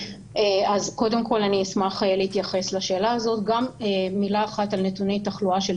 אז קודם כל אני אשמח להתייחס לשאלה הזאת וגם מילה אחת על נתוני התחלואה